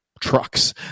trucks